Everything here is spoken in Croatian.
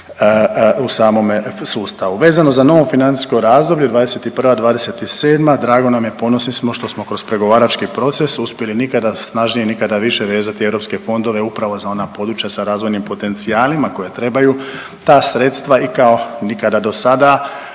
u samome sustavu. Vezano za novo financijsko razdoblje 2021.-2027. drago nam je, ponosni smo što smo kroz pregovarački proces uspjeli nikada snažnije, nikada više vezati europske fondove upravo za ona područja sa razvojnim potencijalima koja trebaju ta sredstva i kao nikada do sada